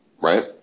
right